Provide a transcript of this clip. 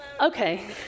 Okay